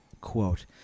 Quote